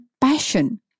passion